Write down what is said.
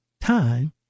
time